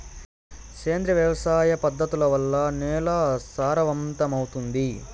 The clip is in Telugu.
సేంద్రియ వ్యవసాయ పద్ధతుల వల్ల, నేల సారవంతమౌతుందా?